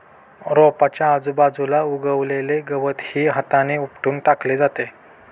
रोपाच्या आजूबाजूला उगवलेले गवतही हाताने उपटून टाकले जाते